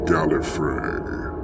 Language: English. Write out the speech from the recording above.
Gallifrey